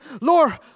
Lord